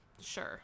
sure